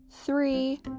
three